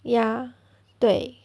ya 对